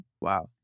Wow